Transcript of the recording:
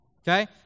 okay